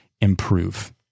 improve